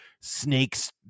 snakes